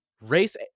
Race